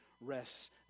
rests